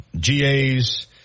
GAs